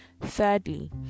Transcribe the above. thirdly